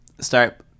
start